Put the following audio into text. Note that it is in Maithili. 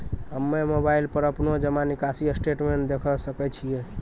हम्मय मोबाइल पर अपनो जमा निकासी स्टेटमेंट देखय सकय छियै?